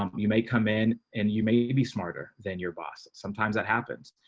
um you may come in and you may be smarter than your boss. sometimes that happens,